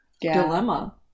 dilemma